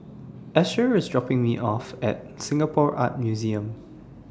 Asher IS dropping Me off At Singapore Art Museum